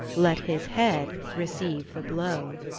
let his head receive the blow.